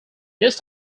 this